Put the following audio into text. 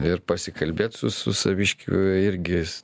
ir pasikalbėt su su saviškiu irgi jis